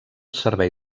servei